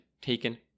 taken